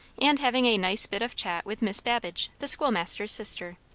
and having a nice bit of chat with miss babbage, the schoolmaster's sister.